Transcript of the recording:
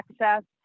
access